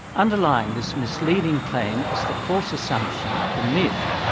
underlying this misleading claim is the false assumption, the myth,